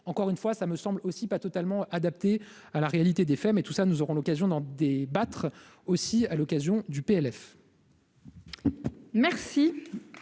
encore une fois, ça me semble aussi pas totalement adaptées à la réalité des faits mais tout ça, nous aurons l'occasion d'en débattre aussi, à l'occasion du PLF. Merci,